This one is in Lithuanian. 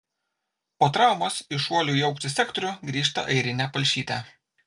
po traumos į šuolių į aukštį sektorių grįžta airinė palšytė